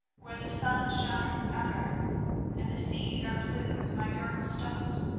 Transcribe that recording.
where the sun shines ever and the seas are blue as my girdle stones,